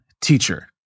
teacher